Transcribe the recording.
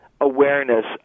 awareness